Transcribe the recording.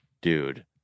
dude